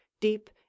deep